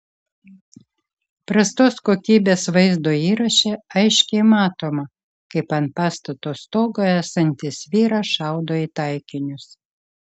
prastos kokybės vaizdo įraše aiškiai matoma kaip ant pastato stogo esantis vyras šaudo į taikinius